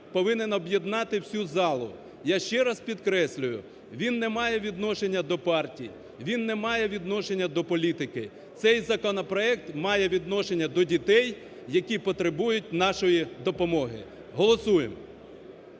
повинен об'єднати всю залу. Я ще раз підкреслюю, він не має відношення до партій, він не має відношення до політики. Цей законопроект має відношення до дітей, які потребують нашої допомоги. Голосуємо!